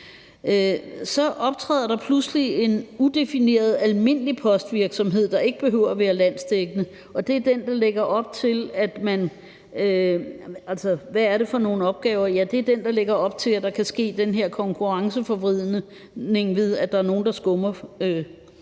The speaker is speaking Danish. Så optræder der pludselig en udefineret almindelig postvirksomhed, der ikke behøver at være landsdækkende, og det er den, der lægger op til, at der kan ske den her konkurrenceforvridning ved, at der er nogle, der skummer